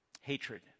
hatred